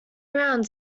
around